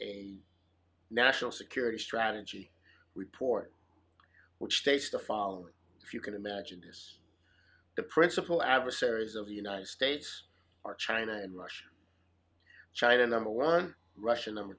a national security strategy report which states the following if you can imagine this the principal adversaries of the united states are china and russia china number one russia number